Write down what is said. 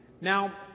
Now